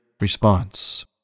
response